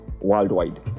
worldwide